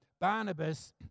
Barnabas